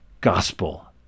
gospel